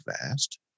fast